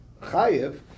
Chayev